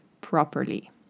properly